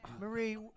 Marie